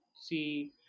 see